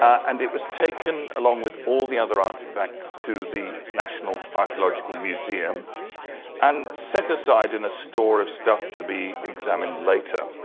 and it was taken along with all the other artifacts to the national archeological museum and set aside in a store of stuff to be examined later.